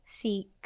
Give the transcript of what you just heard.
seek